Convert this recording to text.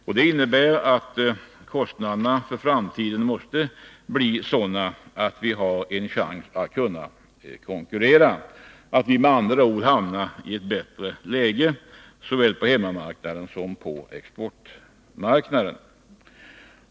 Detta innebär att kostnadsutvecklingen för framtiden måste bli sådan att svensk tekoindustri får en chans att kunna konkurrera och därmed hamnar i ett bättre läge såväl på hemmamarknaden som på exportmarknaden.